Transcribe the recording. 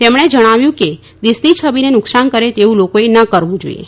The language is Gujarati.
તેમણે જણાવ્યું કે દેશની છબીને નુકસાન કરે તેવું લોકોએ ના કરવું જોઇએ